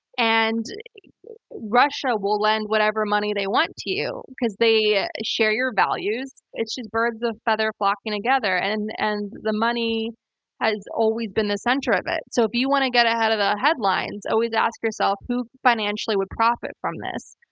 and russia will lend whatever money they want to you, because they share your values. it's just birds of a feather flocking together, and and the money has always been the center of it. so if you you want to get ahead of the ah headlines, always ask yourself who financially would profit from this?